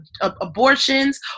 abortions